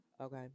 Okay